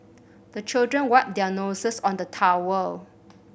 the children wipe their noses on the towel